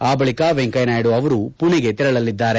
ಆ ಬಳಿಕ ವೆಂಕಯ್ನಾಯ್ನು ಅವರು ಪುಣೆಗೆ ತೆರಳಲಿದ್ದಾರೆ